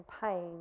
pain